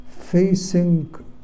facing